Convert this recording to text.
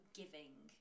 giving